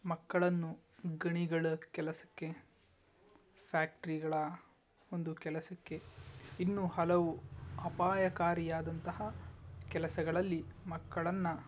ಮಕ್ಕಳನ್ನು ಗಣಿಗಳ ಕೆಲಸಕ್ಕೆ ಫ್ಯಾಕ್ಟ್ರಿಗಳ ಒಂದು ಕೆಲಸಕ್ಕೆ ಇನ್ನೂ ಹಲವು ಅಪಾಯಕಾರಿಯಾದಂತಹ ಕೆಲಸಗಳಲ್ಲಿ ಮಕ್ಕಳನ್ನು